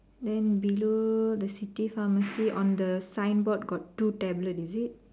then below the city pharmacy on the signboard got two tablet is it